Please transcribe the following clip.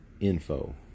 info